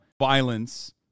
violence